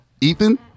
Ethan